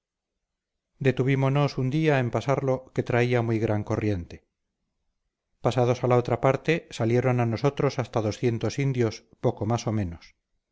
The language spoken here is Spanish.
balsas detuvímonos un día en pasarlo que traía muy gran corriente pasados a la otra parte salieron a nosotros hasta doscientos indios poco más o menos